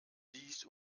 siehst